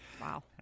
Wow